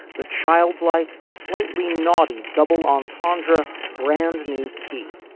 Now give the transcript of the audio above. the childlike slightly naughty double entendre brand new key.